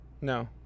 no